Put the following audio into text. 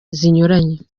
zinyuranye